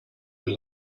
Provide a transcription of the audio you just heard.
were